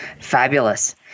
Fabulous